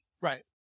right